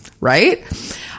right